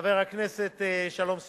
חבר הכנסת שלום שמחון.